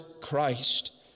Christ